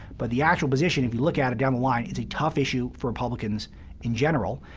but the actual position. if you look at it down the line, it's a tough issue for republicans in general.